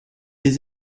les